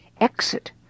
exit